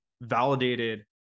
validated